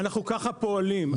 אנחנו ככה פועלים.